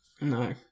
no